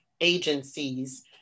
agencies